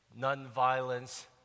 nonviolence